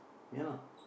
ya lah